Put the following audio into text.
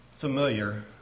familiar